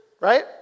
Right